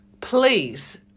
please